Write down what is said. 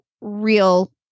real